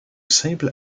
simple